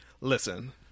Listen